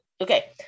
Okay